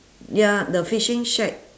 ya the fishing shack